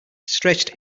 stretched